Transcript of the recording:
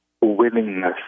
willingness